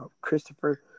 Christopher